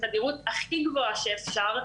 בתדירות הכי גבוהה שאפשר,